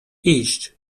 iść